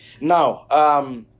Now